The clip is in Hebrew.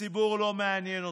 הציבור לא מעניין אתכם,